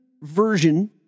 version